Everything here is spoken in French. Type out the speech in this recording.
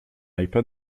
ipad